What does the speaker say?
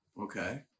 Okay